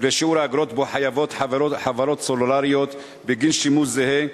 לשיעור האגרות שבו חייבות חברות סלולריות בגין שימוש זהה.